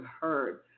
heard